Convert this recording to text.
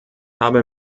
habe